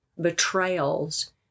betrayals